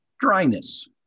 dryness